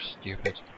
stupid